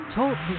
Talk